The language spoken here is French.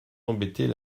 embêter